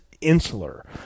insular